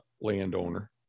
landowner